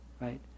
right